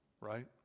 right